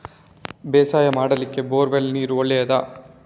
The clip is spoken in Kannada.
ಬೇಸಾಯ ಮಾಡ್ಲಿಕ್ಕೆ ಬೋರ್ ವೆಲ್ ನೀರು ಒಳ್ಳೆಯದಾ?